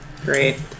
Great